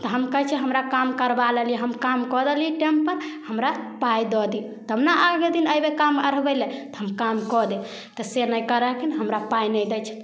तऽ हम कहै छिए हमरा काम करबा लेली हम काम कऽ देली टेमपर हमरा पाइ दऽ दिअऽ तब ने आगे दिन अएबै काम अढ़बैलए तऽ हम काम कऽ देब तऽ से नहि करै हखिन हमरा पाइ नहि दै छथिन